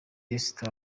esther